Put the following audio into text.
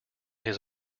his